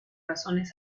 razones